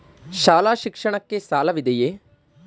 ಶಾಲಾ ಶಿಕ್ಷಣಕ್ಕೆ ಸಾಲವಿದೆಯೇ?